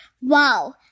Wow